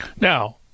now